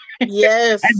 Yes